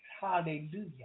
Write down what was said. hallelujah